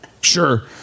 Sure